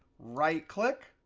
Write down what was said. right click,